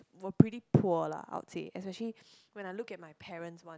were pretty poor lah I would say especially when I look at my parents one